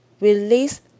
release